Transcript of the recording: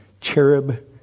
cherub